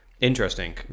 Interesting